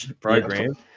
program